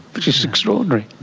which is extraordinary.